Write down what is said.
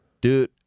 Dude